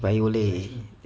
like yole